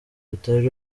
rutari